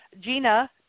Gina